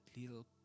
little